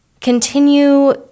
continue